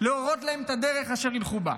להורות להם את הדרך אשר ילכו בה.